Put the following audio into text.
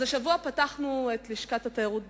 אז השבוע פתחנו את לשכת התיירות בסין.